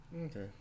Okay